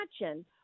imagine